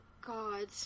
God